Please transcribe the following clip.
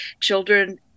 children